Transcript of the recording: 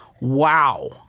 Wow